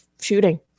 shooting